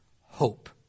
hope